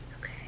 Okay